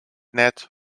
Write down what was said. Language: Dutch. net